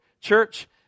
church